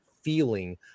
feeling